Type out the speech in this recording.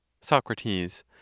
Socrates